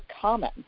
common